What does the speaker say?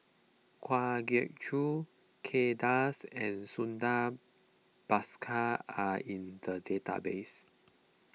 Kwa Geok Choo Kay Das and Santha Bhaskar are in the database